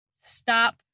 stop